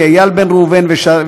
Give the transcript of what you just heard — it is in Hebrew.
יואל חסון,